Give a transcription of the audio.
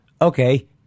Okay